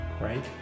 right